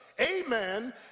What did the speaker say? amen